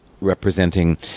representing